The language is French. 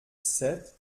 sept